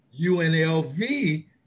UNLV